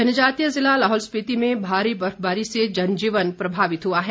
जनजातीय जिला लाहौल स्पिति में भारी बर्फबारी से जनजीवन प्रभावित हुआ है